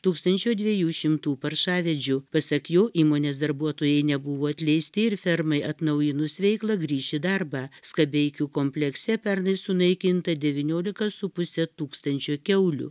tūkstančio dviejų šimtų paršavedžių pasak jo įmonės darbuotojai nebuvo atleisti ir fermai atnaujinus veiklą grįš į darbą skabeikių komplekse pernai sunaikinta devyniolika su puse tūkstančio kiaulių